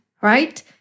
right